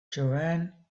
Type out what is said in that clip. joanne